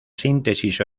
síntesis